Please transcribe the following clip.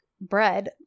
bread